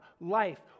life